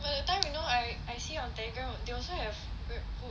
!wah! that time you know I I see on Telegram they also have Grabfood